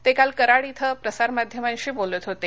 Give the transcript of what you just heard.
ते काल कराड इथ प्रसारमाध्यमांशी बोलत होते